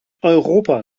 europa